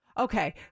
Okay